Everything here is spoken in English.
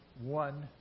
one